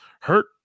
hurt